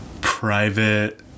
private